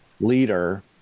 leader